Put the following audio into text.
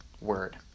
word